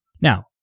Now